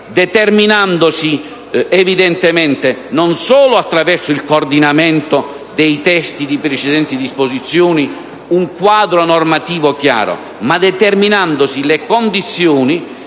determinandosi evidentemente non solo attraverso il coordinamento dei testi di precedenti disposizioni, un quadro normativo chiaro, e determinandosi anche le condizioni